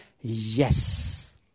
Yes